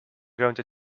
were